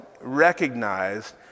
recognized